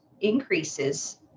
increases